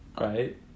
Right